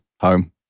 Home